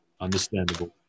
Understandable